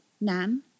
Nan